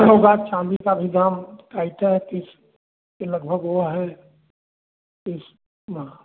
होगा चाँदी का भी दाम तीस के लगभग हुआ तीस में